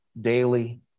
daily